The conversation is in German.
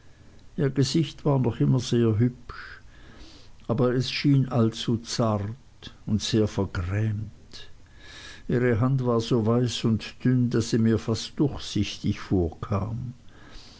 ihr gesicht war immer noch sehr hübsch aber es schien allzu zart und sehr vergrämt ihre hand war so weiß und dünn daß sie mir fast durchsichtig vorkam